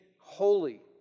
holy